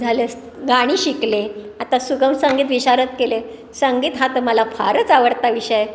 झालंच गाणी शिकले आता सुगम संगीत विशारद केलं आहे संगीत हा तर मला फारच आवडता विषय